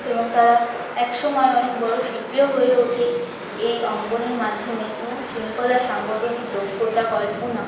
এবং তারা একসময় অনেক বড় শিল্পীও হয়ে ওঠে এই অঙ্কনের মাধ্যমে এবং শৃঙ্খলা সাংগঠনিক দক্ষতা কল্পনা